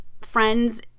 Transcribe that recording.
friends